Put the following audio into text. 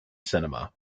cinema